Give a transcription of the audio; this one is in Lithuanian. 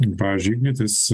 pavyzdžiui ignitis